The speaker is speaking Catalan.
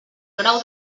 grau